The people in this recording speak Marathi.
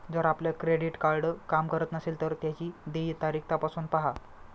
जर आपलं क्रेडिट कार्ड काम करत नसेल तर त्याची देय तारीख तपासून पाहा